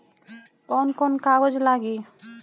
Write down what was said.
कौन कौन कागज लागी?